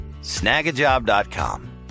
Snagajob.com